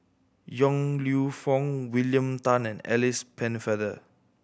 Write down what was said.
Yong Lew Foong William Tan and Alice Pennefather